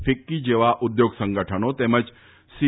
FICCI જેવા ઉદ્યોગ સંગઠનો તેમજ સી